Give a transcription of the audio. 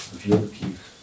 wielkich